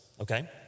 okay